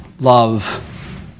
love